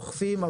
אוכפים,